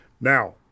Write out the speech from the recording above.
Now